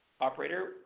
Operator